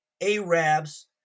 Arabs